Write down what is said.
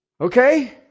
Okay